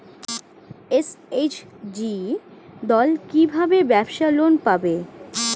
SHG দল কী ভাবে ব্যাবসা লোন পাবে?